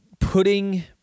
putting